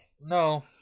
no